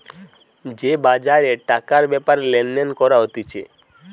যে বাজারে টাকার ব্যাপারে লেনদেন করা হতিছে